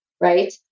right